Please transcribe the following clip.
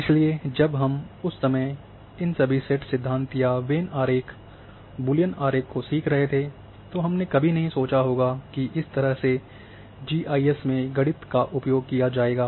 इसलिए जब हम उस समय इस सभी सेट सिद्धांत या वेन आरेख बूलियन आरेख को सीख रहे थे तो हमने कभी नहीं सोचा होगा कि इस तरह से जी आई एस में गणित का उपयोग किया जाएगा